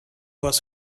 was